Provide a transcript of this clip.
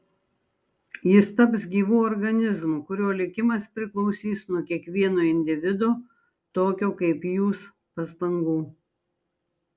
jis taps gyvu organizmu kurio likimas priklausys nuo kiekvieno individo tokio kaip jūs pastangų